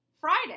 Friday